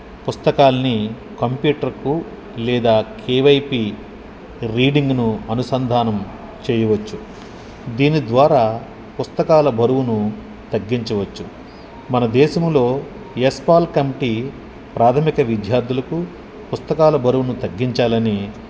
పుస్తకాల్ని కంప్యూటర్కు లేదా కేవైపీ రీడింగ్ను అనుసంధానం చేయవచ్చు దీని ద్వారా పుస్తకాల బరువును తగ్గించవచ్చు మన దేశంలో యశ్పాల్ కమిటీ ప్రాథమిక విద్యార్థులకు పుస్తకాల బరువును తగ్గించాలని